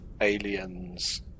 aliens